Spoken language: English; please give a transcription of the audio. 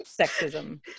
sexism